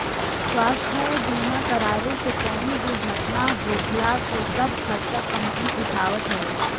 स्वास्थ्य बीमा करावे से कवनो दुर्घटना होखला पे सब खर्चा कंपनी उठावत हवे